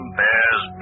bears